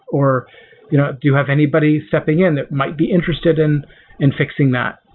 or you know do you have anybody stepping in that might be interested in in fixing that?